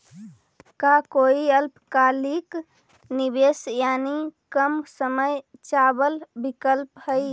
का कोई अल्पकालिक निवेश यानी कम समय चावल विकल्प हई?